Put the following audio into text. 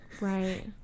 right